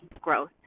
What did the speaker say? growth